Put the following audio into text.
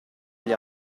gli